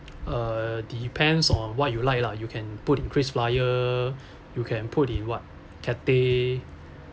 err depends on what you like lah you can put in krisflyer you can put in what Cathay